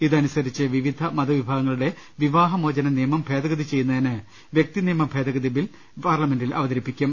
ഇതനുസരിച്ച് വിവിധ മതവിഭാഗങ്ങളുടെ വിവാഹമോ ചന നിയമം ഭേദഗതി ചെയ്യുന്നതിന് വൃക്തിനിയമ ഭേദഗതി ബിൽ പാർല മെന്റിൽ അവതരിപ്പിക്കും